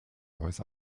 neues